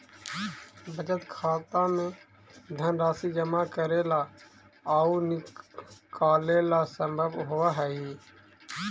बचत खाता में धनराशि जमा करेला आउ निकालेला संभव होवऽ हइ